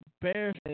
Bears